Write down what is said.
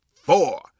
four